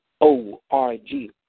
O-R-G